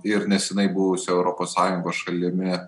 ir neseniai buvusioje europos sąjungos šalimi